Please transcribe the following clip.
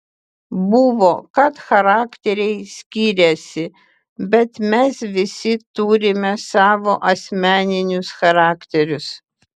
buvo kad charakteriai skiriasi bet mes visi turime savo asmeninius charakterius